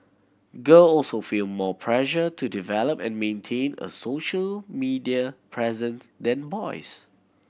girl also feel more pressure to develop and maintain a social media presence than boys